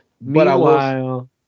Meanwhile